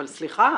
אבל סליחה,